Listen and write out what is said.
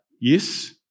yes